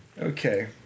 Okay